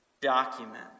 document